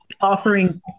offering